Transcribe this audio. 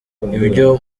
ibyo